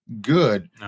good